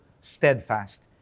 steadfast